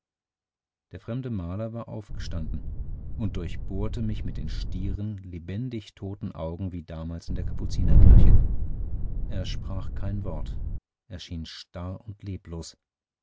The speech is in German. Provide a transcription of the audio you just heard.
der fremde maler war aufgestanden und durchbohrte mich mit den stieren lebendigtoten augen wie damals in der kapuzinerkirche er sprach kein wort er schien starr und leblos